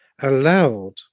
allowed